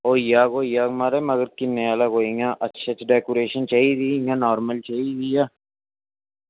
होई जाह्ग होई जाह्ग म्हार कोई किन्ने आह्ला किन्ना अच्छी डेकोरेशन चाहिदी ऐ जां इंया नॉर्मल चाहिदी ऐ